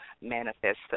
manifest